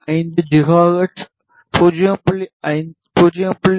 5 gigahertz 0